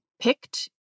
picked